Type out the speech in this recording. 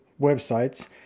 websites